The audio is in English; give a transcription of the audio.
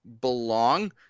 belong